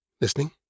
Listening